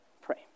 pray